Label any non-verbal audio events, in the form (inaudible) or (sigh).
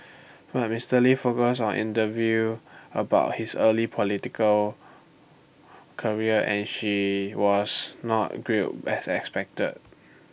(noise) but Mister lee focused on interview about his early political career and she was not grilled as expected